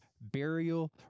burial